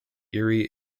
erie